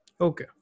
Okay